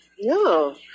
No